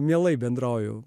mielai bendrauju